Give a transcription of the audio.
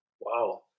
Wow